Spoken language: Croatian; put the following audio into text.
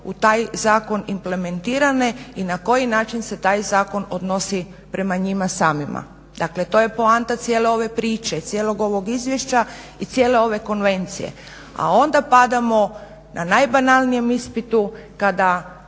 u taj zakon implementirane i na koji način se taj zakon odnosi prema njima samima. Dakle, to je poanta cijele ove priče, i cijelog ovog izvješća i cijele ove konvencije a onda padamo na najbanalnijem ispitu kada